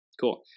cool